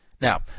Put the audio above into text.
Now